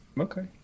Okay